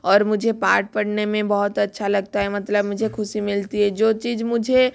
और मुझे पाठ पढ़ने में बहुत अच्छा लगता है मतलब मुझे ख़ुशी मिलती हे जो चीज मुझे